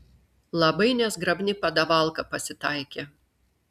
labai nezgrabni padavalka pasitaikė